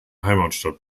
heimatstadt